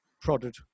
prodded